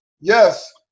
Yes